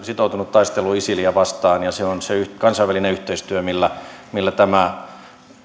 sitoutunut taisteluun isiliä vastaan se on se kansainvälinen yhteistyö millä millä tämä